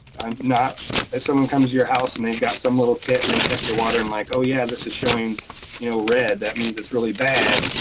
if someone comes your house and they've got some little kit and they test your water and like, oh, yeah. this is showing you know red. that means it's really bad.